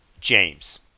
james